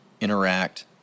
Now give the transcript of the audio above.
interact